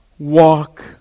walk